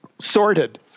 sorted